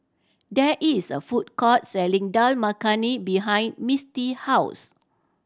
there is a food court selling Dal Makhani behind Misti house